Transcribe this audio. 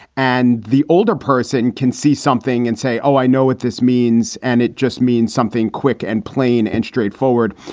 and the older person can see something and say, oh, i know what this means. and it just means something quick and plain and straightforward.